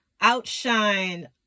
outshine